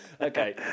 Okay